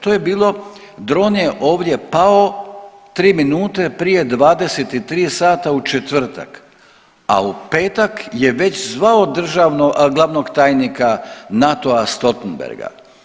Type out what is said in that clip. To je bilo, dron je ovdje pao tri minute prije 23 sata u četvrtak, a u petak je već zvao državno, glavnog tajnika NATO-a Stoltenberga.